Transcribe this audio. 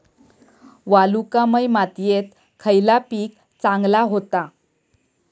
वालुकामय मातयेत खयला पीक चांगला होता?